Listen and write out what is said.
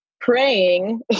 praying